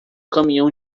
caminhão